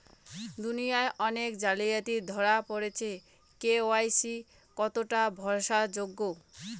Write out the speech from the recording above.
দুনিয়ায় অনেক জালিয়াতি ধরা পরেছে কে.ওয়াই.সি কতোটা ভরসা যোগ্য?